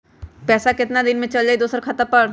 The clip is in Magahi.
पैसा कितना दिन में चल जाई दुसर खाता पर?